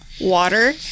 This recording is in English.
water